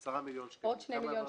10 מיליון שקלים.